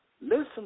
listen